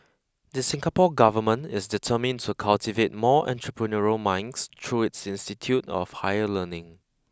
the Singapore government is determined to cultivate more entrepreneurial minds through its institute of higher learning